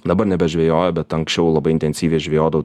dabar nebežvejoja bet anksčiau labai intensyviai žvejodavo